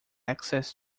access